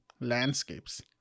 landscapes